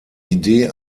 idee